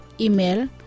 Email